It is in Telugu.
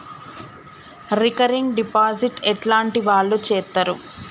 రికరింగ్ డిపాజిట్ ఎట్లాంటి వాళ్లు చేత్తరు?